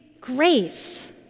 grace